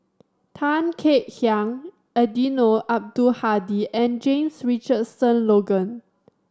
Tan Kek Hiang Eddino Abdul Hadi and James Richardson Logan